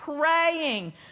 praying